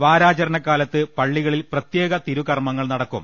വാരാചര്ണക്കാലത്ത് പള്ളികളിൽ പ്രത്യേക തിരുക്കർമങ്ങൾ നടക്കും